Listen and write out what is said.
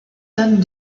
tonnes